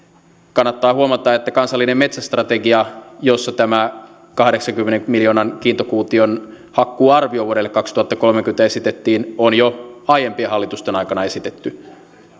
kannattaa huomata että kansallinen metsästrategia jossa tämä kahdeksankymmenen miljoonan kiintokuution hakkuuarvio vuodelle kaksituhattakolmekymmentä esitettiin on jo aiempien hallitusten aikana esitetty